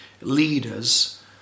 leaders